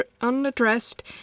unaddressed